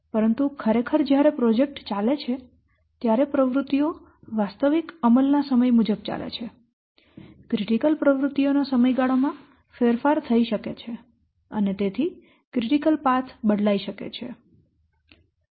પરંતુ ખરેખર જ્યારે પ્રોજેક્ટ ચાલે છે ત્યારે પ્રવૃત્તિઓ વાસ્તવિક અમલના સમય મુજબ ચાલે છે ક્રિટિકલ પ્રવૃત્તિઓના સમયગાળામાં ફેરફારો થઈ શકે છે અને તેથી ક્રિટિકલ પાથ બદલાઈ શકે છે